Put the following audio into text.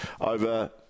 over